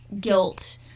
guilt